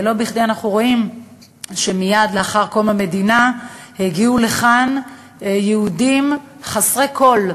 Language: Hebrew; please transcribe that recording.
לא בכדי אנחנו רואים שמייד לאחר קום המדינה הגיעו לכאן יהודים חסרי כול,